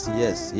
yes